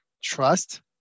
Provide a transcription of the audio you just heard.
trust